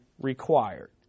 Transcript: required